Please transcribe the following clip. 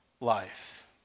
life